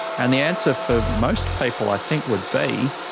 and the answer for most people i think would be,